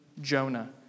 Jonah